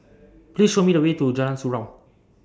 Please Show Me The Way to Jalan Surau